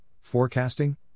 Forecasting